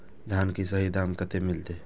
धान की सही दाम कते मिलते?